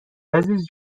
عزیز